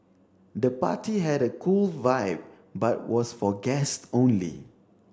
the party had a cool vibe but was for guest only